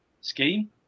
scheme